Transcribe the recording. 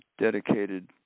dedicated